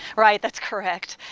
right, that's correct.